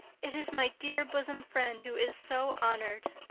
it is my dear bosom friend who is so honored